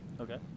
Okay